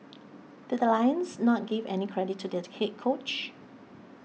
did the Lions not give any credit to their head coach